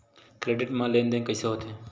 Credit मा लेन देन कइसे होथे?